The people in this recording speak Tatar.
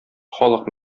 халык